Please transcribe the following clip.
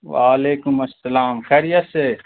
وعلیکم السلام خیریت سے